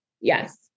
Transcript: Yes